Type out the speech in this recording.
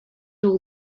all